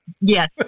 Yes